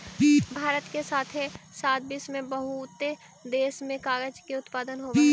भारत के साथे साथ विश्व के बहुते देश में कागज के उत्पादन होवऽ हई